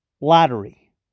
lottery